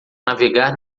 navegar